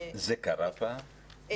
זה קרה פעם?